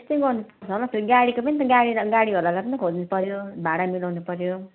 त्यस्तै गर्नुपर्छ होला त्यो गाडीको पनि गाडी गाडीवालालाई पनि खोज्नुपर्यो भाडा मिलाउनु पर्यो